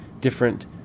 different